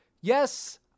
Yes